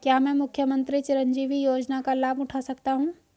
क्या मैं मुख्यमंत्री चिरंजीवी योजना का लाभ उठा सकता हूं?